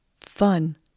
fun